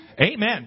Amen